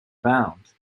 abound